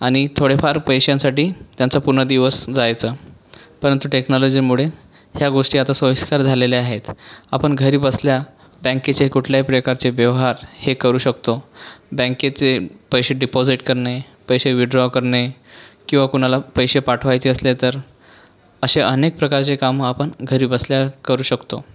आणि थोडेफार पैशांसाठी त्यांचा पूर्ण दिवस जायचा परंतु टेक्नॉलॉजीमुळे ह्या गोष्टी आता सोईस्कर झालेल्या आहेत आपण घरी बसल्या बँकेचे कुठल्याही प्रकारचे व्यवहार हे करू शकतो बँकेचे पैसे डिपॉजिट करणे पैशे विड्रॉ करणे किंवा कोणाला पैसे पाठवायचे असले तर असे अनेक प्रकारचे कामं आपण घरी बसल्या करू शकतो